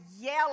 yell